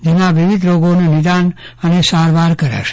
જેમાં વિવિધ રોગોનું નિદાન અને સારવાર કરાશે